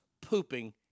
pooping